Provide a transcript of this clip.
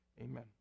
Amen